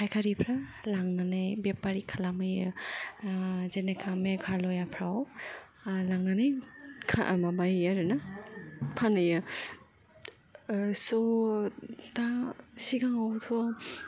फायखारिफ्रा लांनानै बेपारि खालामहैयो जेनोबा मेघालयाफ्राव लांनानै माबाहैयो आरो ना फानहैयो स' दा सिगांआवथ'